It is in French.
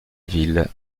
ville